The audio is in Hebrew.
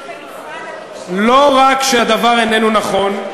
לא רק שהדבר איננו נכון,